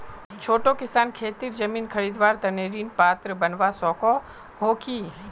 छोटो किसान खेतीर जमीन खरीदवार तने ऋण पात्र बनवा सको हो कि?